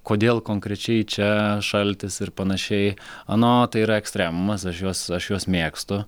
kodėl konkrečiai čia šaltis ir panašiai nu tai yra ekstremumas aš juos aš juos mėgstu